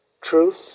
Truth